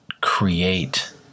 create